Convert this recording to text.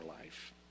life